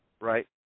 right